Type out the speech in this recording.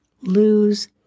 lose